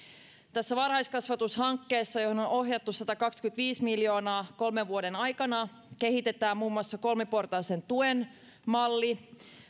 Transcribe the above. tässä varhaiskasvatushankkeessa johon on ohjattu satakaksikymmentäviisi miljoonaa kolmen vuoden aikana kehitetään muun muassa kolmiportaisen tuen malli